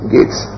Gates